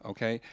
Okay